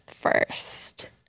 first